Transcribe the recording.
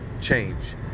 change